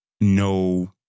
no